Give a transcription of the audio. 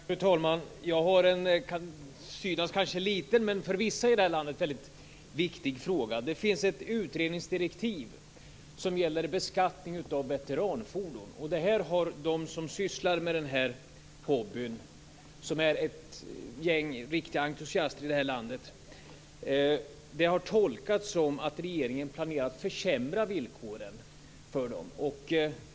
Fru talman! Jag har en, kan det synas, liten men för vissa i det här landet viktig fråga. Det finns nämligen ett utredningsdirektiv som gäller beskattning av veteranfordon. De som sysslar med den hobbyn i vårt land - ett gäng riktiga entusiaster - tolkar direktivet så att regeringen planerar att försämra villkoren för de här entusiasterna.